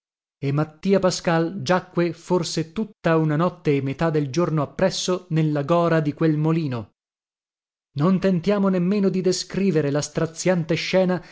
e mattia pascal giacque forse tutta una notte e metà del giorno appresso nella gora di quel molino non tentiamo nemmeno di descrivere la straziante scena